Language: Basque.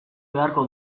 beharko